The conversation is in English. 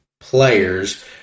players